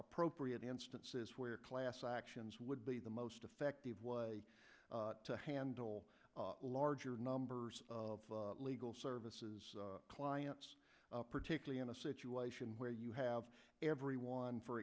appropriate instances where class actions would be the most effective way to handle larger numbers of legal services client particularly in a situation where you have everyone for